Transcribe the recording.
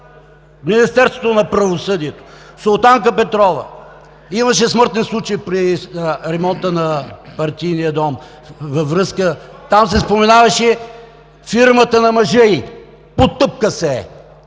Министерството на правосъдието; Султанка Петрова – имаше смъртен случай при ремонта на Партийния дом, там се споменаваше фирмата на мъжа ѝ – потъпка се.